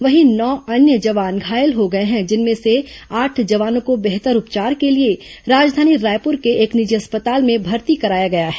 वहीं नौ अन्य जवान घायल हो गए हैं जिनमें से आठ जवानों को बेहतर उपचार के लिए राजधानी रायपुर के एक निजी अस्पताल में भर्ती कराया गया है